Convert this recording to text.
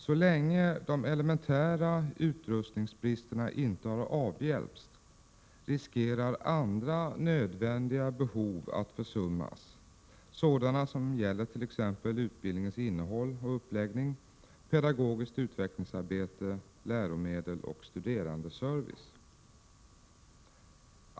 Så länge de elementära utrustningsbristerna inte har avhjälpts, riskerar andra nödvändiga behov att försummas, sådana som gäller t.ex. utbildningens innehåll och uppläggning, pedagogiskt utvecklingsarbete, läromedel och studerandeservice.